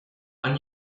and